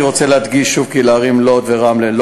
אני רוצה להדגיש שוב כי לערים לוד ורמלה לא